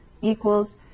equals